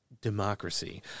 democracy